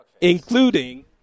Including